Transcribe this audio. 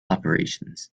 operations